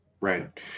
Right